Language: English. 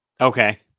Okay